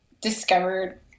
discovered